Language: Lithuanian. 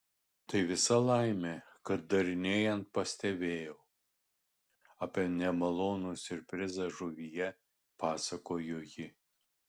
tai visa laimė kad darinėjant pastebėjau apie nemalonų siurprizą žuvyje pasakojo ji